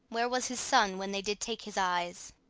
where was his son when they did take his eyes?